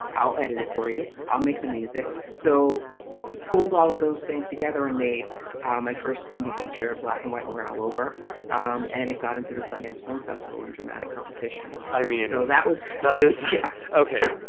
i'll edit it for you. i'll make the music. so we pulled all those things together and made my first indie feature, feature, black and white ran all over um and it got into the sundance film festival in dramatic competition i mean, so that was that is ok. ah